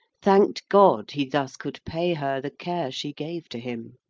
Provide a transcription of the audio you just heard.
thank'd god he thus could pay her the care she gave to him.